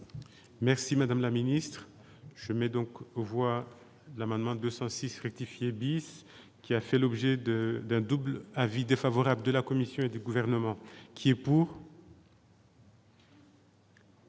Merci, Madame la Ministre, je mets donc aux voix l'amendement 206 rectifier bus qui a fait l'objet de d'un double avis défavorable de la Commission et du gouvernement qui est pour.